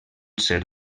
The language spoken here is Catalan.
ser